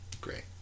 Great